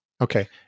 Okay